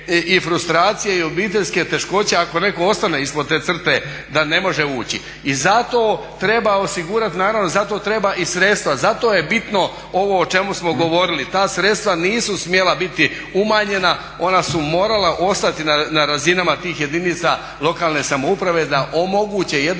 i frustracije i obiteljske teškoće ako netko ostane ispod te crte da ne može ući. I zato treba osigurati, naravno zato treba i sredstva. Zato je bitno ovo o čemu smo govorili. Ta sredstva nisu smjela biti umanjena, ona su morala ostati na razinama tih jedinica lokalne samouprave da omoguće jednostavno